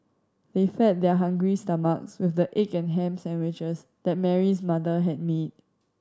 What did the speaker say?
they fed their hungry stomachs with the egg and ham sandwiches that Mary's mother had made